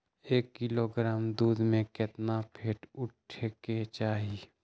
एक किलोग्राम दूध में केतना फैट उठे के चाही?